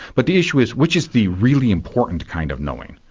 but the issue is which is the really important kind of knowing?